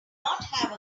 have